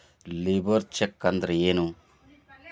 Labour check ಅಂದ್ರ ಏನು?